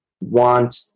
want